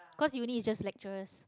cause uni is just lecturers